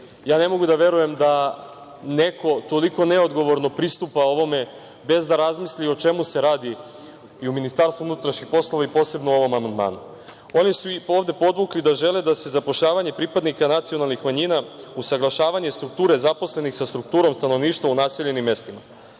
Ne mogu da verujem da neko toliko neodgovorno pristupa ovome, bez da razmisli o čemu se radi i u Ministarstvu unutrašnjih poslova i posebno o ovom amandmanu. Oni su ovde podvukli da žele da se zapošljavanje pripadnika nacionalnih manjina, usaglašavanje strukture zaposlenih sa strukturom stanovništva u naseljenim mestima.